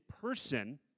person